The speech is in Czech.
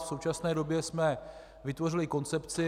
V současné době jsme vytvořili koncepci.